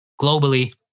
globally